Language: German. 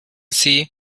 sie